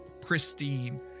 pristine